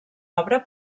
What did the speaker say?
obra